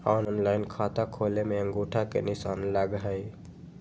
Online खाता खोले में अंगूठा के निशान लगहई?